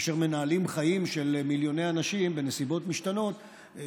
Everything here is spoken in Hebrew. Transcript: כאשר מנהלים חיים של מיליוני אנשים בנסיבות משתנות,